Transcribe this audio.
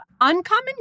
Uncommon